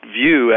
view